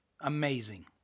Amazing